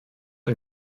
ein